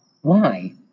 Why